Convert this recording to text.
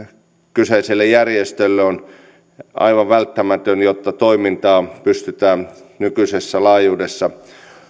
kyseiselle järjestölle on aivan välttämätön jotta toimintaa pystytään nykyisessä laajuudessa